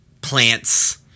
plants